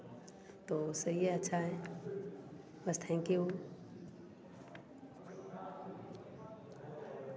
तो सही है अच्छा है बस थैंक यू